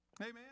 Amen